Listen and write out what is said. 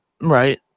Right